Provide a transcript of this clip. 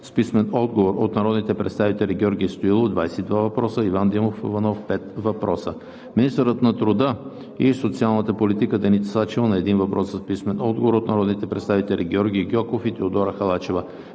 с писмен отговор от народните представители Георги Стоилов – двадесет и два въпроса; и Иван Димов Иванов – пет въпроса; - министърът на труда и социалната политика Деница Сачева на един въпрос с писмен отговор от народните представители Георги Гьоков и Теодора Халачева;